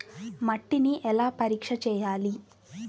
మట్టిని ఎలా పరీక్ష చేయాలి?